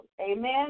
Amen